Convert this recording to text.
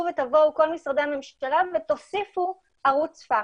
ויבואו כל משרדי הממשלה ויוסיפו ערוץ פקס.